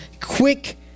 quick